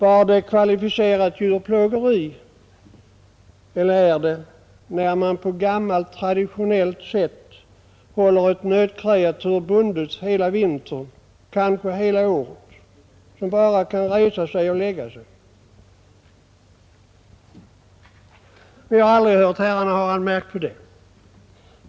Är det kvalificerat djurplågeri när man på gammalt traditionellt sätt håller ett nötkreatur bundet hela vintern, kanske hela året, så att det bara kan resa sig och lägga sig? Jag har aldrig hört herrarna anmärka på det.